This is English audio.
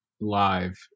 live